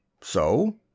So